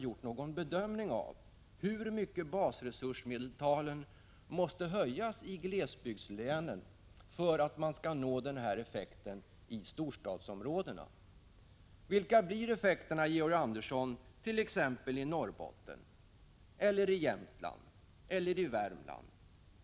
gjort någon bedömning av hur mycket basresursmedeltalen måste höjas i glesbygdslänen för att man skall nå denna effekt i storstadsområdena. Vilka blir effekterna t.ex. i Norrbotten, i Jämtland eller i Värmland, Georg Andersson?